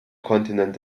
kontinent